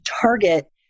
target